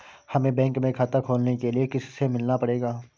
हमे बैंक में खाता खोलने के लिए किससे मिलना पड़ेगा?